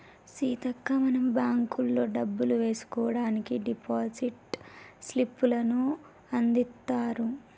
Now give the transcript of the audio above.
సీతక్క మనం బ్యాంకుల్లో డబ్బులు వేసుకోవడానికి డిపాజిట్ స్లిప్పులను అందిత్తారు